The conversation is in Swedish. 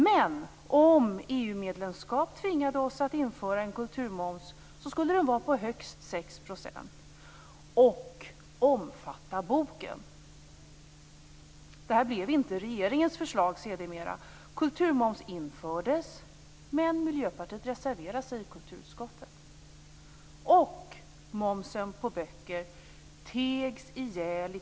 Men om EU-medlemskap tvingade oss att införa en kulturmoms skulle den vara på högst 6 % och omfatta boken. Detta blev sedermera inte regeringens förslag.